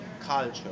culture